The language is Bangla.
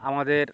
আমাদের